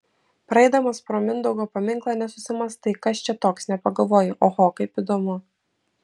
praeidamas pro mindaugo paminklą nesusimąstai kas čia toks nepagalvoji oho kaip įdomu